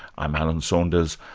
i'm alan saunders,